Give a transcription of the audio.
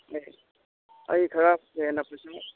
ꯑꯩ ꯈꯔ ꯍꯦꯟꯅ ꯄꯩꯁꯥ